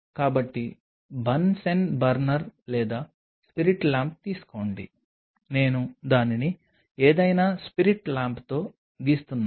కాబట్టి Bunsen burner లేదా spirit lamp తీసుకోండి నేను దానిని ఏదైనా స్పిరిట్ ల్యాంప్తో గీస్తున్నాను